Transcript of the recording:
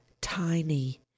tiny